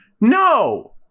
No